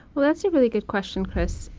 well that's a really good question, chris.